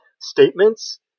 statements